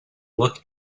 look